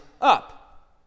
up